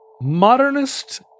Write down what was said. Modernist